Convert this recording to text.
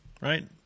right